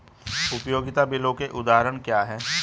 उपयोगिता बिलों के उदाहरण क्या हैं?